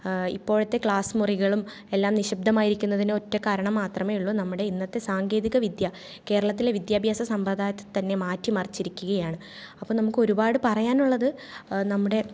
ഇപ്പോഴത്തെ ക്ലാസ് മുറികളും എല്ലാം നിശബ്ദമായിരിക്കുന്നതിന് ഒറ്റ കാരണം മാത്രമേയുള്ളൂ നമ്മുടെ ഇന്നത്തെ സാങ്കേതിക വിദ്യ കേരളത്തിലെ വിദ്യാഭ്യാസ സമ്പ്രദായത്തെ തന്നെ മാറ്റി മറിച്ചിരിക്കുകയാണ് അപ്പം നമുക്കൊരുപാട് പറയാനുള്ളത് നമ്മുടെ